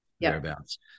thereabouts